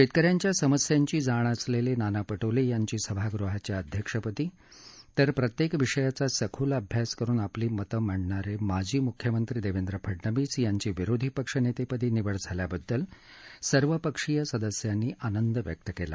शेतक यांच्या समस्यांची जाण असलेले नाना पटोले यांची सभागृहाच्या अध्यक्षपदी तर प्रत्येक विषयाचा सखोल अभ्यास करुन आपली मतं मांडणारे माजी मुख्यमंत्री देवेंद्र फडणवीस यांची विरोधी पक्षनेतेपदी निवड झाल्याबद्दल सर्व पक्षीय सदस्यांनी आनंद व्यक्त केला